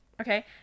Okay